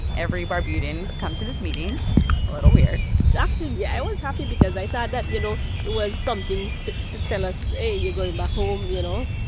every barbudan come to this meeting a little weird actually, yeah, i was happy because i thought that, you know, it was something to to tell us, hey, you're going back home, you know,